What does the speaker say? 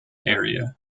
area